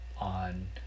on